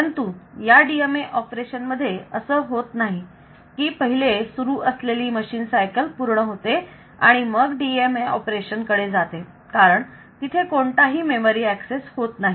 परंतु या DMA ऑपरेशनमध्ये असं होत नाही की पहिले सुरु असलेली मशीन सायकल पूर्ण होते आणि मग DMA ऑपरेशन कडे जाते कारण तिथे कोणताही मेमरी एक्सेस होत नाही